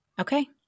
Okay